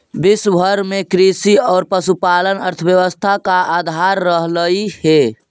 विश्व भर में कृषि और पशुपालन अर्थव्यवस्था का आधार रहलई हे